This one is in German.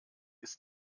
ist